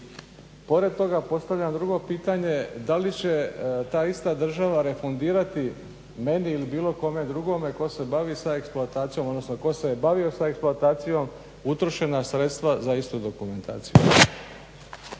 pored toga postavljam drugo čitanje, da li će ta ista država refundirati meni ili bilo kome drugome tko se bavi sa eksploatacijom odnosno tko se je bavio sa eksploatacijom, utrošena sredstva za istu dokumentaciju?